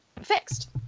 fixed